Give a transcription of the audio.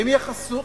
האם יהיו חסמים,